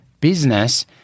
business